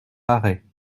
arrêt